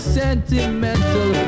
sentimental